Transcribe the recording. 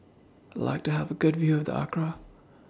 I'd like to Have A Good View of Accra